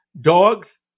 dogs